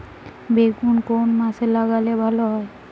বেগুন কোন মাসে লাগালে ভালো হয়?